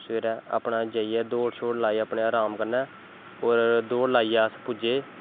सवेरै अपनै दौड़ सोड़ लाई अपनै राम कन्नै और दौड़ लाईयै अस पुज्जे